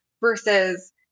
versus